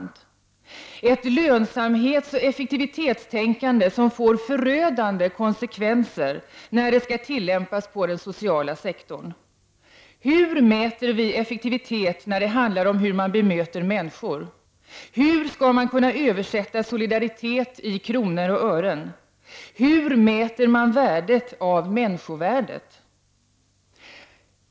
Det är ett lönsamhetsoch effektivitetstänkande som får förödande konsekvenser när det skall tillämpas inom den sociala sektorn. Hur mäter vi effektivitet när det handlar om att bemöta människor? Hur skall man kunna översätta solidaritet i kronor och ören? Hur mäter man värdet av människovärdet?